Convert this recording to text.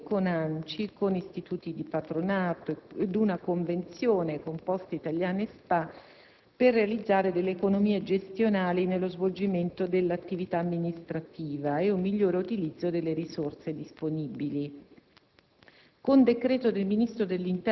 nazionale dei Comuni italiani e gli Istituti di patronato, nonché una convenzione con Poste Italiane Spa per realizzare delle economie gestionali nello svolgimento dell'attività amministrativa e un migliore utilizzo delle risorse disponibili.